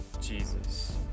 Jesus